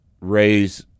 raise